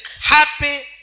happy